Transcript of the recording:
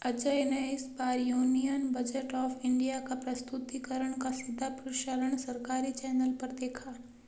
अजय ने इस बार यूनियन बजट ऑफ़ इंडिया का प्रस्तुतिकरण का सीधा प्रसारण सरकारी चैनल पर देखा